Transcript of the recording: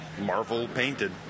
Marvel-painted